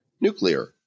Nuclear